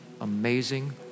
amazing